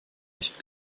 nicht